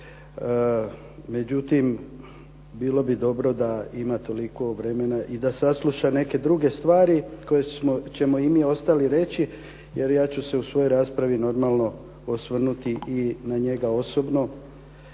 međutim bilo bi dobro da ima toliko vremena i da sasluša neke druge stvari koje ćemo i mi ostali reći jer ja ću se u svojoj raspravi normalno osvrnuti i na njega osobno